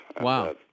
Wow